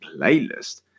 playlist